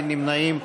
אין נמנעים.